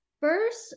first